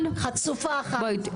חצופה אחת.